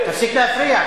תפסיק להפריע,